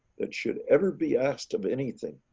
that should ever be asked of anything.